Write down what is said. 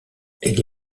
elle